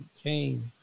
Cain